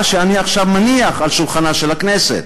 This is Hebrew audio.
שאני עכשיו מניח על שולחנה של הכנסת,